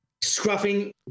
scruffing